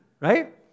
right